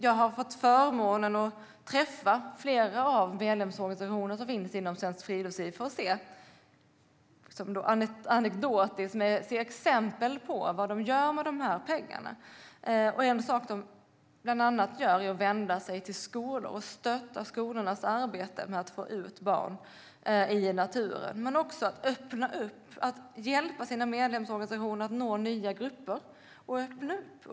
Jag har fått förmånen att träffa flera av medlemsorganisationerna inom Svenskt Friluftsliv, och jag ser exempel på vad de gör med de här pengarna. Lite anekdotiskt: En av de saker de gör är att vända sig till skolor och stötta deras arbete med att få ut barn i naturen. Svenskt Friluftsliv hjälper sina medlemsorganisationer att nå nya grupper och "öppna upp".